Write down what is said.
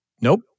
nope